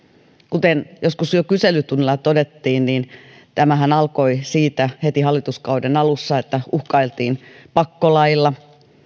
kuten joskus jo kyselytunnilla todettiin tämähän alkoi siitä heti hallituskauden alussa että uhkailtiin pakkolailla